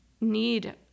need